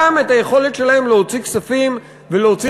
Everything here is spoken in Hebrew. גם את היכולת שלהם להוציא כספים ולהוציא